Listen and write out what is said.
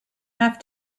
have